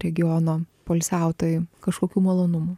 regiono poilsiautojui kažkokių malonumų